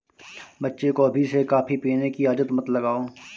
बच्चे को अभी से कॉफी पीने की आदत मत लगाओ